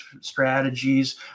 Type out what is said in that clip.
strategies